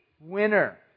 winner